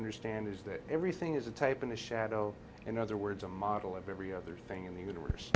understand is that everything is a type and a shadow in other words a model of every other thing in the universe